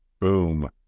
boom